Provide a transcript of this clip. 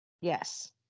Yes